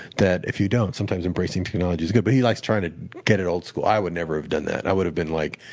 that if you don't, sometimes embracing technology is good. but he likes to try to get it old school. i would never have done that. i would have been like,